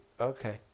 okay